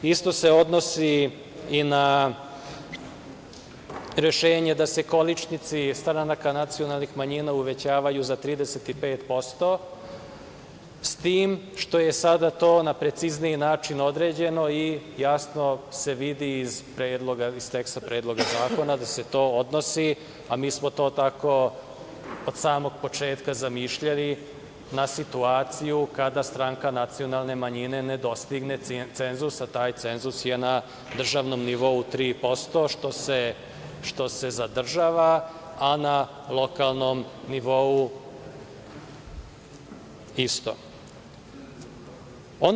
Isto se odnosi i na rešenje da se količnici stranaka nacionalnih manjina uvećavaju za 35%, s tim što je sada to na precizniji način određeno i jasno se vidi iz teksta Predloga zakona da se to odnosi, a mi smo to tako od samog početka zamišljali, na situaciju kada stranka nacionalne manjine ne dostigne cenzus, a taj cenzus je na državnom nivou 3%, što se zadržava, a na lokalnom nivou isto.